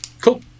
cool